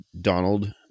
donald